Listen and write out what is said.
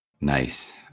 nice